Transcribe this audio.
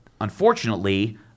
unfortunately